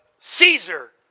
Caesar